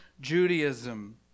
Judaism